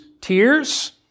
tears